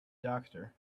doctor